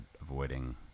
avoiding